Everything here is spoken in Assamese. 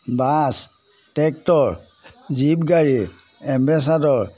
বাছ টেক্টৰ জীপ গাড়ী এম্বেছাদৰ